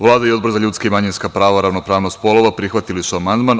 Vlada i Odbor za ljudska i manjinska prava i ravnopravnost polova prihvatili su amandman.